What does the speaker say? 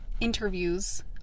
interviews